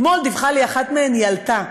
אתמול דיווחה לי אחת מהן, היא עלתה: